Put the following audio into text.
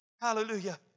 Hallelujah